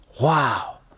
Wow